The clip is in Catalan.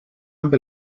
amb